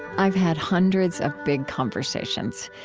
i've had hundreds of big conversations,